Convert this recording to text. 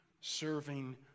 serving